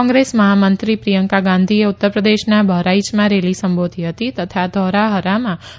કોંગ્રેસ મહામંત્રી પ્રિયંકા ગાંધીએ ઉત્તરપ્રદેશના બહરાઇચમાં રેલી સંબોધી હતી તથા ધૌરાહરામાં રોડ શો યોજયો હતો